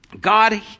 God